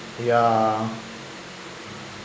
yeah